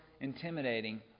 intimidating